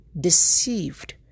deceived